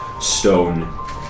stone